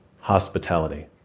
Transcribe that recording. hospitality